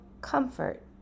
comfort